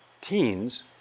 teens